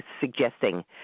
suggesting